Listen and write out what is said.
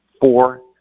Four